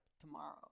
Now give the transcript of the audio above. tomorrow